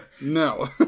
No